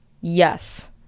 yes